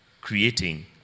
creating